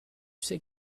sais